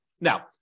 Now